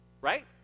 right